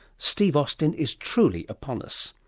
steve austin is truly upon us.